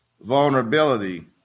vulnerability